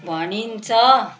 भनिन्छ